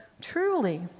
truly